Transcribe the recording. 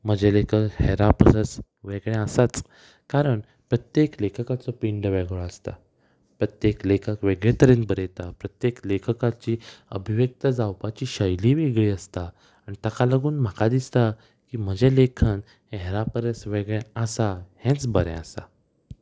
म्हजें लेखन हेरां परस वेगळें आसाच कारण प्रत्येक लेखकाचो पिंड वेगळो आसता प्रत्येक लेखक वेगळे तरेन बरयता प्रत्येक लेखकाची अभिव्यक्त जावपाची शैली वेगळी आसता आनी ताका लागून म्हाका दिसता की म्हजें लेखन हेरां परस वेगळें आसा हेंच बरें आसा